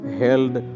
held